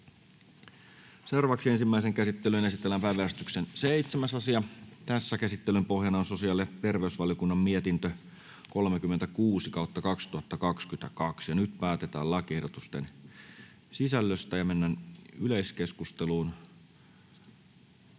Content: Ensimmäiseen käsittelyyn esitellään päiväjärjestyksen 6. asia. Käsittelyn pohjana on sosiaali- ja terveysvaliokunnan mietintö StVM 35/2022 vp. Nyt päätetään lakiehdotuksen sisällöstä. — Mennään keskusteluun.